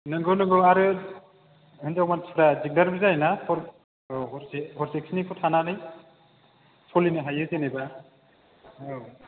नोंगौ नोंगौ आरो हिन्जाव मानसिफ्रा दिगदारबो जायो ना हर औ हरसे हरसेखिनिखौ थानानै सलिनो हायो जेनेबा औ